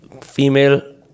Female